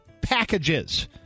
packages